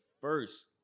first